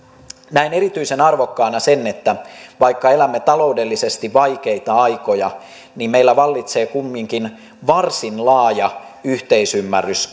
näen erityisen arvokkaana sen että vaikka elämme taloudellisesti vaikeita aikoja meillä vallitsee kumminkin varsin laaja yhteisymmärrys